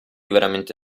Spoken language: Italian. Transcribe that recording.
veramente